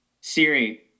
Siri